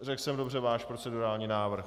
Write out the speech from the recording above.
Řekl jsem dobře váš procedurální návrh?